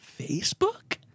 Facebook